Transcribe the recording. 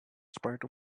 spite